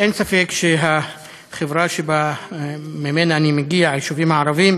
אין ספק שבחברה שממנה אני מגיע, היישובים הערביים,